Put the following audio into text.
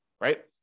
right